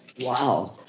Wow